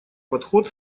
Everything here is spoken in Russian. подход